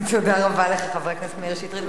תודה רבה לך, חבר הכנסת מאיר שטרית.